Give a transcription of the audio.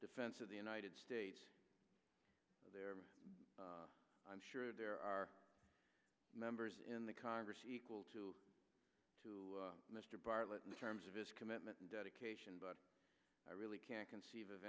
defense of the united states there i'm sure there are members in the congress equal to to mr bartlett in terms of his commitment and cation but i really can't conceive of